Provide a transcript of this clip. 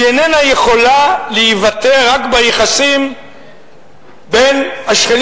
היא איננה יכולה להיוותר רק ביחסים בין השכנים